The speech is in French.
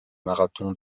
marathon